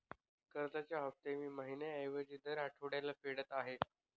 कर्जाचे हफ्ते मी महिन्या ऐवजी दर आठवड्याला फेडत आहे